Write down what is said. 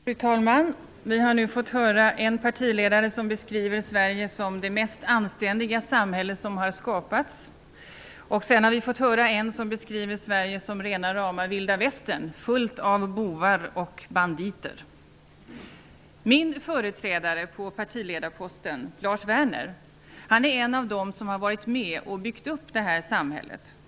Fru talman! Vi har nu först fått höra en partiledare som beskriver Sverige som det mest anständiga samhälle som har skapats. Sedan har vi fått höra en annan som beskriver Sverige som rena rama Vilda Västern, fullt av bovar och banditer. Min företrädare på partiledarposten, Lars Werner, är en av dem som har varit med om att bygga upp detta samhälle.